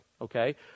Okay